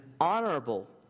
honorable